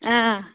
آ